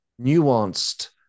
nuanced